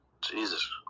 Jesus